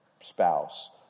spouse